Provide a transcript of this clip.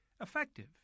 effective